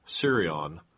Sirion